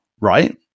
right